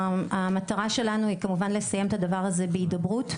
שהמטרה שלנו היא כמובן לסיים את הדבר הזה בהידברות,